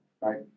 right